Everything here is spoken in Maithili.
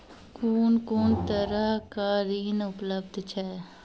कून कून तरहक ऋण उपलब्ध छै?